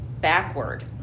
backward